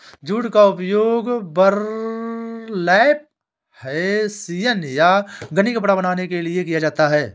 jute का उपयोग burlap hessian या गनी कपड़ा बनाने के लिए किया जाता है